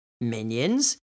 minions